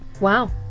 wow